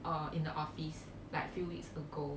or in the office like few weeks ago